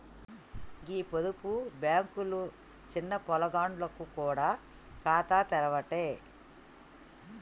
గీ పొదుపు బాంకులు సిన్న పొలగాండ్లకు గూడ ఖాతాలు తెరవ్వట్టే